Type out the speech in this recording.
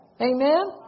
Amen